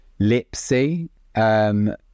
Lipsy